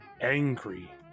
angry